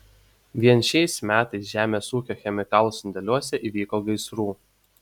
vien šiais metais žemės ūkio chemikalų sandėliuose įvyko gaisrų